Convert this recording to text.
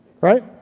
right